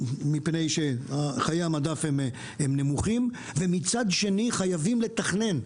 מפני שחיי המדף נמוכים ומצד שני חייבים לתכנן.